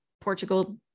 Portugal